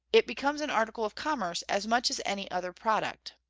it becomes an article of commerce as much as any other product.